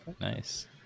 Nice